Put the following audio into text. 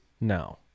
no